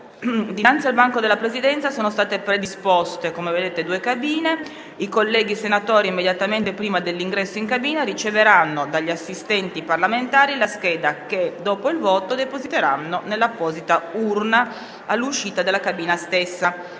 Dinanzi al banco della Presidenza sono state predisposte, come vedete, due cabine. I colleghi senatori, immediatamente prima dell'ingresso in cabina, riceveranno dagli assistenti parlamentari la scheda che, dopo il voto, depositeranno nell'apposita urna, all'uscita della cabina stessa.